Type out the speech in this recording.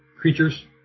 Creatures